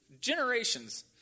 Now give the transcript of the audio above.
generations